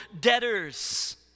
debtors